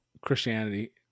Christianity